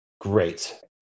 great